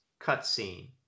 cutscene